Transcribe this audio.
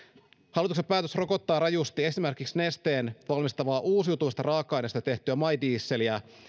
hallituksen päätös rokottaa rajusti esimerkiksi nesteen valmistamaa uusiutuvista raaka aineista tehtyä my dieseliä